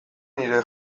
nire